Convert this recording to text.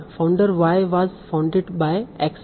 founder Y was founded by X है